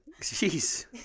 jeez